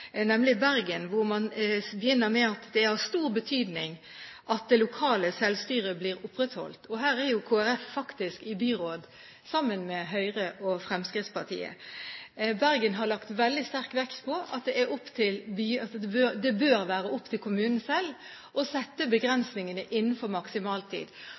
nemlig Bergen, hvor man begynner med at «det er av stor betydning at det lokale selvstyret blir opprettholdt». Her er Kristelig Folkeparti faktisk i byråd sammen med Høyre og Fremskrittspartiet. Bergen har lagt veldig sterk vekt på at det bør være opp til kommunen selv å sette begrensningene innenfor maksimaltid.